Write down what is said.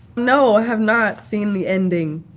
no! i have not seen the ending.